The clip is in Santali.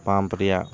ᱯᱟᱢᱯ ᱨᱮᱭᱟᱜ